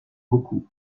beaucoup